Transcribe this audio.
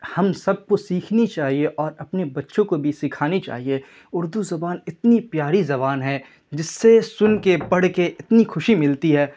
ہم سب کو سیکھنی چاہیے اور اپنے بچوں کو بھی سکھانی چاہیے اردو زبان اتنی پیاری زبان ہے جس سے سن کے پڑھ کے اتنی خوشی ملتی ہے